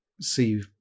see